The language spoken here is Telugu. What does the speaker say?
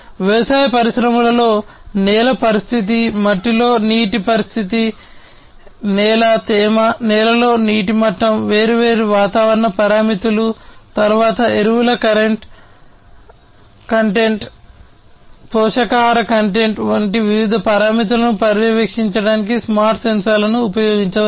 వ్యవసాయ పరిశ్రమలలో నేల పరిస్థితి మట్టిలో నీటి పరిస్థితి నేల తేమ నేలలో నీటి మట్టం వేర్వేరు వాతావరణ పారామితులు తరువాత ఎరువుల కంటెంట్ పోషకాహార కంటెంట్ వంటి వివిధ పారామితులను పర్యవేక్షించడానికి స్మార్ట్ సెన్సార్లను ఉపయోగించవచ్చు